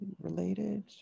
related